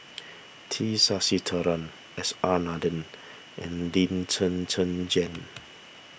T Sasitharan S R Nathan and Lee Zhen Zhen Jane